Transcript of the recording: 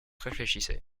réfléchissait